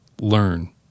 Learn